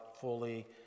fully